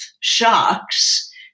shocks